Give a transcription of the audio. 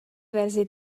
verzi